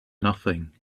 nothing